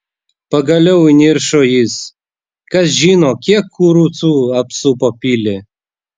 pagaliau įniršo jis kas žino kiek kurucų apsupo pilį